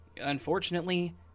Unfortunately